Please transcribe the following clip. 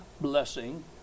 blessing